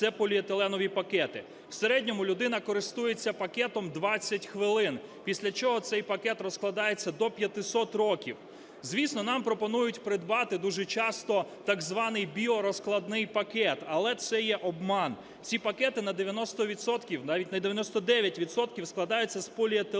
це поліетиленові пакети. В середньому людина користується пакетом 20 хвилин, після чого цей пакет розкладається до 500 років. Звісно, нам пропонують придбати дуже часто так званий біорозкладний пакет, але це – обман. Ці пакети на 90 відсотків, навіть на 99 відсотків, складаються з поліетилену і